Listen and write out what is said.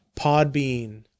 Podbean